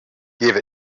give